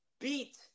beat